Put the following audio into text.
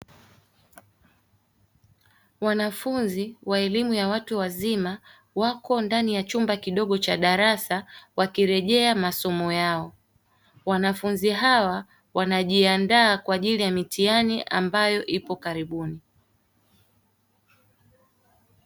Wanafunzi wa elimu ya watu wazima, wako ndaniya chumba kidogo cha darasa, wakirejea masomo yao. Wanafunzi hawa wanajiandaa kwa ajili ya mitihani ambayo ipo karibuni.